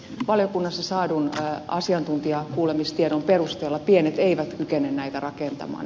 valiokunnassa saadun asiantuntijakuulemistiedon perusteella pienet eivät kykene näitä rakentamaan